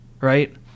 right